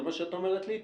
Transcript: זה מה שאת אומרת לי?